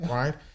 right